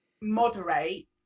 moderate